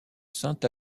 saint